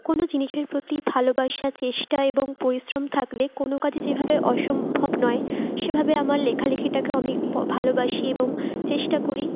কোন জিনিসের প্রতি ভালোবাসা চেষ্টা এবং পরিশ্রম থাকলে কোন কাজে যেভাবে অসম্ভব নয় সেভাবে আমার লেখালেখিটাকেও আমি ভালোবাসি এবং চেষ্টা করি